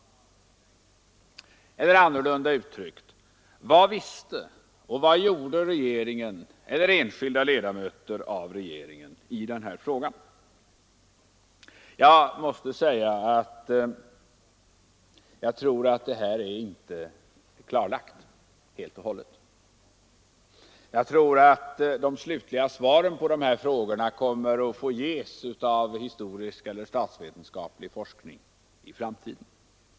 Eller annorlunda uttryckt: Vad visste och vad gjorde regeringen eller enskilda ledamöter av regeringen i den här frågan? Jag tror inte att detta är klarlagt helt och hållet utan att de slutliga svaren på dessa frågor kommer att få ges av historisk eller statsvetenskaplig forskning i framtiden.